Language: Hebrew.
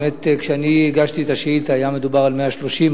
באמת כשאני הגשתי את השאילתא היה מדובר על 130,